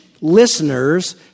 listeners